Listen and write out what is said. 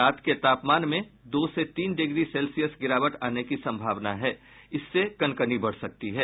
रात के तापमान में दो से तीन डिग्री सेल्सियस गिरावट आने की सम्भावना है इससे कनकनी बढ़ सकती है